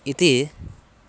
इति